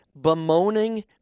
bemoaning